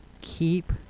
keep